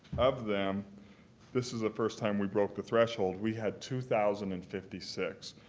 of them this is the first time we broke the threshold we had two thousand and fifty six.